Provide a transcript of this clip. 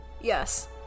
Yes